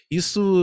isso